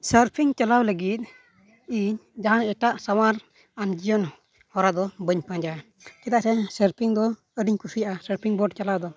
ᱪᱟᱞᱟᱣ ᱞᱟ ᱜᱤᱫ ᱤᱧ ᱡᱟᱦᱟᱸ ᱮᱴᱟᱜ ᱥᱟᱶᱟᱨᱟᱱ ᱡᱤᱭᱚᱱ ᱦᱚᱨᱟ ᱫᱚ ᱵᱟᱹᱧ ᱯᱟᱸᱡᱟᱭᱟ ᱪᱮᱫᱟᱜ ᱥᱮ ᱫᱚ ᱟ ᱰᱤᱧ ᱠᱩᱥᱤᱭᱟᱜᱼᱟ ᱪᱟᱞᱟᱣ ᱫᱚ